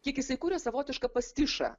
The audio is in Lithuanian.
kiek jisai kuria savotišką pastišą